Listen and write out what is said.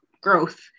growth